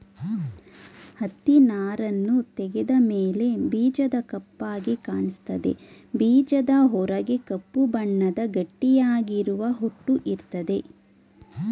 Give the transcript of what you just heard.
ಹತ್ತಿನಾರನ್ನು ತೆಗೆದ ಮೇಲೆ ಬೀಜ ಕಪ್ಪಾಗಿ ಕಾಣಿಸ್ತದೆ ಬೀಜದ ಹೊರಗೆ ಕಪ್ಪು ಬಣ್ಣದ ಗಟ್ಟಿಯಾಗಿರುವ ಹೊಟ್ಟು ಇರ್ತದೆ